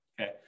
Okay